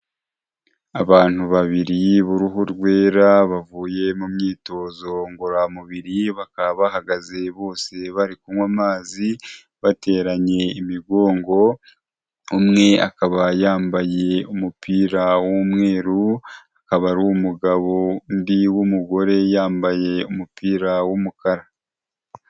Abantu babiri b'uruhu rwera bavuye mu myitozo ngororamubiri, bakaba bahagaze bose bari kunywa amazi bateranye imigongo, umwe akaba yambaye umupira w'umweru akaba ari umugabo undi w'umugore yambaye umupira w'umukara.